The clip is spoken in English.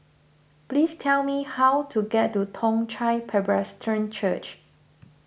please tell me how to get to Toong Chai Presbyterian Church